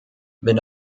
wenn